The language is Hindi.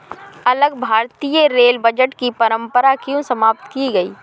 अलग भारतीय रेल बजट की परंपरा क्यों समाप्त की गई?